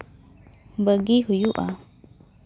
ᱵᱟᱹᱜᱤ ᱦᱩᱭᱩᱜᱼᱟ